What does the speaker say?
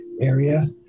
area